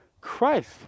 Christ